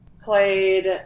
played